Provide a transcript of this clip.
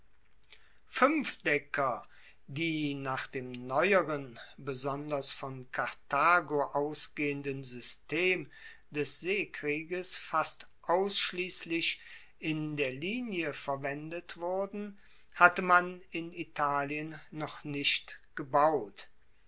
fuenfdecker die nach dem neueren besonders von karthago ausgehenden system des seekrieges fast ausschliesslich in der linie verwendet wurden hatte man in italien noch nicht gebaut